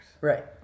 Right